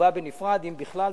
יובא בנפרד, אם בכלל.